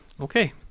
Okay